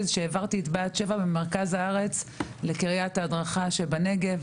הייתה כשהעברתי את בה"ד 7 ממרכז הארץ לקריית ההדרכה שבנגב.